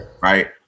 right